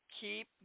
keep